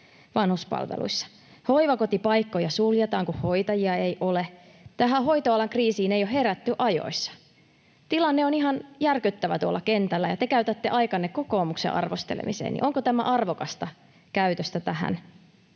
vanhuspalveluissa. Hoivakotipaikkoja suljetaan, kun hoitajia ei ole. Tähän hoitoalan kriisiin ei ole herätty ajoissa. Tilanne on ihan järkyttävä tuolla kentällä, ja te käytätte aikanne kokoomuksen arvostelemiseen. Onko tämä arvokasta käytöstä tässä